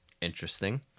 interesting